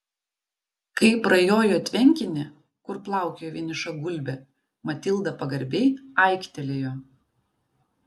kai prajojo tvenkinį kur plaukiojo vieniša gulbė matilda pagarbiai aiktelėjo